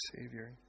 Savior